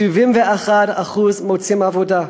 71% מוצאים עבודה,